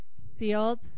Sealed